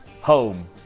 home